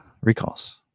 recalls